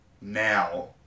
now